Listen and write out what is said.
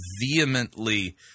vehemently